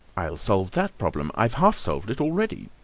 i'll solve that problem. i've half solved it already.